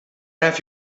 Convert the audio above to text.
have